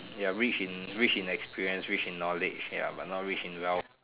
ya rich in rich in experience rich in knowledge ya but not rich in wealth